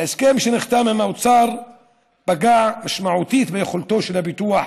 ההסכם שנחתם עם האוצר פגע משמעותית ביכולתו של הביטוח